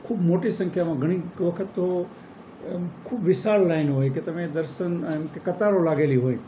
ખૂબ મોટી સંખ્યામાં ઘણી વખત તો ખૂબ વિશાળ લાઈન હોય કે તમે દર્શન એમ કે કતારો લાગેલી હોય